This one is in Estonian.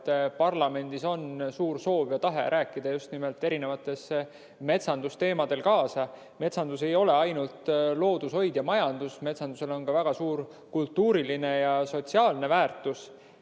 parlamendis on suur soov ja tahe rääkida kaasa just nimelt metsandusteemadel. Metsandus ei ole ainult loodushoid ja majandus, metsandusel on ka väga suur kultuuriline ja sotsiaalne väärtus. See,